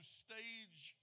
stage